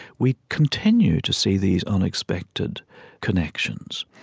we continue to see these unexpected connections.